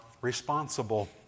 responsible